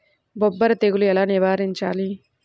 బొబ్బర తెగులు ఎలా నివారించాలి?